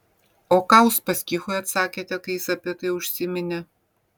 o ką uspaskichui atsakėte kai jis apie tai užsiminė